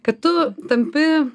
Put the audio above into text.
kad tu tampi